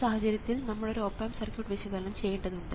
ഈ സാഹചര്യത്തിൽ നമ്മൾ ഒരു ഓപ് ആമ്പ് സർക്യൂട്ട് വിശകലനം ചെയ്യേണ്ടതുണ്ട്